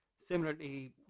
Similarly